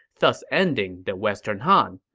thus ending the western han.